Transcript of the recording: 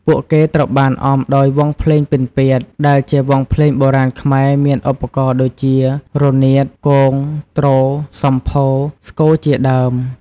ពួកគេត្រូវបានអមដោយ វង់ភ្លេងពិណពាទ្យ ដែលជាវង់ភ្លេងបុរាណខ្មែរ មានឧបករណ៍ដូចជា រនាត គង ទ្រ សំភោរ ស្គរជាដើម។